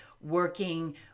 working